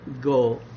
go